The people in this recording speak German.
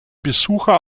besucher